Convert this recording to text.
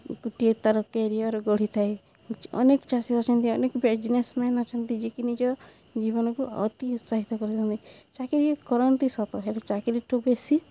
ଗୋଟିଏ ତା'ର କ୍ୟାରିୟର୍ ଗଢ଼ିଥାଏ ଅନେକ ଚାଷୀ ଅଛନ୍ତି ଅନେକ ବିଜ୍ନେସ୍ମ୍ୟାନ୍ ଅଛନ୍ତି ଯିଏକିି ନିଜ ଜୀବନକୁ ଅତି ଉତ୍ସାହିତ କରନ୍ତି ଚାକିରି କରନ୍ତି ସତ ହେଲେ ଚାକିରିଠୁ ବେଶୀ